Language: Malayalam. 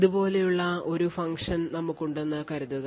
ഇതുപോലെയുള്ള ഒരു ഫംഗ്ഷൻ നമുക്കുണ്ടെന്ന് കരുതുക